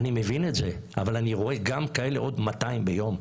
אני מבין את זה, אבל אני רואה כאלה עוד 200 ביום,